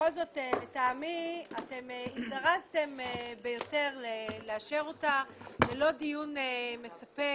ובכל זאת לטעמי אתם הזדרזתם ביותר לאשר אותה ללא דיון מספק,